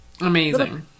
Amazing